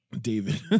David